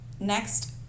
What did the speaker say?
Next